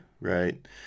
right